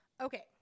Okay